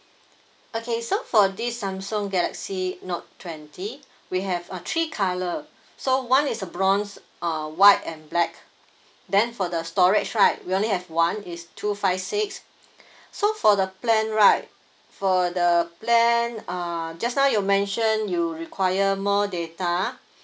okay so for this samsung galaxy note twenty we have uh three colour so one is uh bronze uh white and black then for the storage right we only have one is two five six so for the plan right for the plan uh just now you mention you require more data